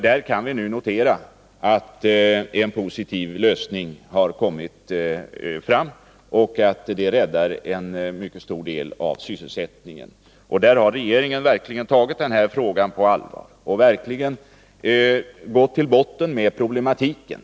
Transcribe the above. Där kan vi nu konstatera att en positiv lösning har kommit fram som räddar en mycket stor del av sysselsättningen. Regeringen har verkligen tagit denna fråga på allvar och gått till botten med problematiken.